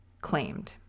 claimed